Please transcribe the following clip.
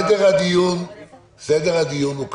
חברים, סדר הדיון הוא כזה: